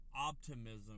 optimism